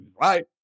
right